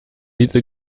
diese